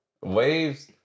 Waves